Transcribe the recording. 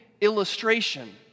illustration